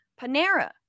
panera